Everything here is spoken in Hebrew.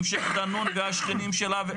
עם --- והשכנים שלה.